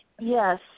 Yes